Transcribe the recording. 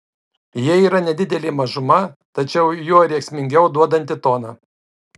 jie yra nedidelė mažuma tačiau juo rėksmingiau duodanti toną